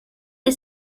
est